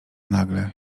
nagle